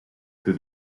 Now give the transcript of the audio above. que